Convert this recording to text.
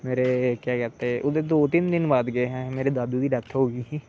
मेरे केह् आक्खदे ओहदे दो तिन दिन बाद गे हे मेरे दादू दी डेथ हो गेई ही